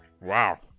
Wow